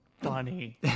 funny